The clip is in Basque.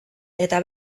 eta